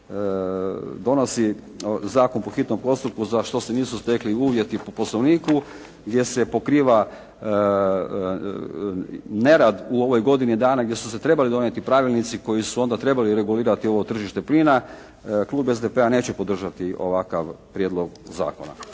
donosi zakon po hitnom postupku za što se nisu stekli uvjeti po poslovniku gdje se pokriva nerad u ovoj godini dana gdje su se trebali donijeti pravilnici koji su onda trebali regulirati ovo tržište plina, klub SDP-a neće podržati ovakav prijedlog zakona.